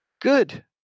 Good